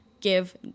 give